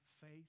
faith